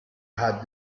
had